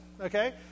okay